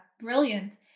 brilliant